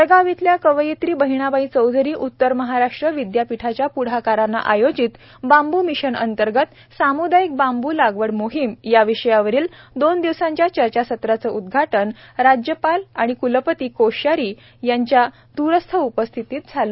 जळगाव इथल्या कवयित्री बहिणाबाई चौधरी उत्तर महाराष्ट्र विद्यापीठाच्या प्ढाकाराने आयोजित बांबू मिशन अंतर्गत साम्दायिक बांबू लागवड मोहीम या विषयावरील दोन दिवसांच्या चर्चासत्राचे उद्घाटन राज्यपाल आणि क्लपती कोश्यारी यांच्या द्रस्थ उपस्थितीत झाले